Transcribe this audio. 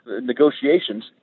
negotiations